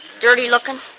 dirty-looking